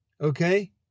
Okay